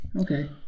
Okay